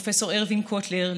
פרופ' ארוין קוטלר,